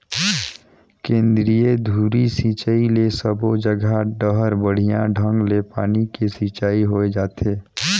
केंद्रीय धुरी सिंचई ले सबो जघा डहर बड़िया ढंग ले पानी के सिंचाई होय जाथे